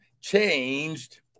changed